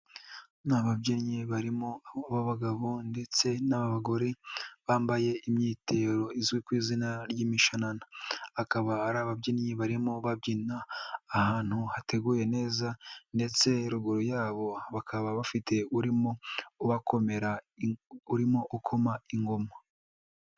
Ni ababyinnyi barimo ab'abagabo ndetse n'abagore, bambaye imyitero izwi ku izina ry'imishananana. Akaba ari ababyinnyi barimo babyina ahantu hateguye neza ndetse ruguru yabo bakaba bafite urimo ubakomera, urimo ukoma ingoma.